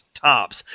tops